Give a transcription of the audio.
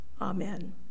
Amen